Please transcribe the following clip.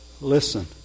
listen